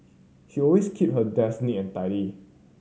she always keep her desk neat and tidy